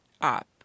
up